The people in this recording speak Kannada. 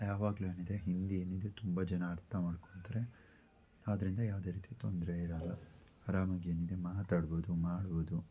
ಯಾವಾಗಲೂ ಏನಿದೆ ಹಿಂದಿ ಏನಿದೆ ತುಂಬ ಜನ ಅರ್ಥ ಮಾಡ್ಕೊತಾರೆ ಆದ್ದರಿಂದ ಯಾವುದೇ ರೀತಿ ತೊಂದರೆ ಇರೋಲ್ಲ ಆರಾಮಾಗಿ ಏನಿದೆ ಮಾತಾಡ್ಬೌದು ಮಾಡ್ಬೌದು